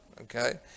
Okay